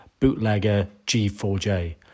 bootleggerg4j